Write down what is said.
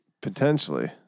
Potentially